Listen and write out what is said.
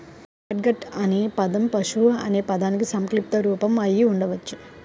catgut అనే పదం పశువు అనే పదానికి సంక్షిప్త రూపం అయి ఉండవచ్చు